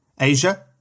Asia